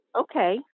Okay